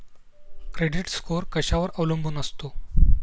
Credit score कशावर अवलंबून असतो?